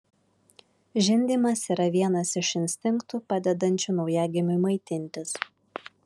žindymas yra vienas iš instinktų padedančių naujagimiui maitintis